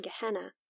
Gehenna